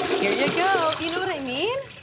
here you go. you know what i mean?